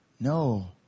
No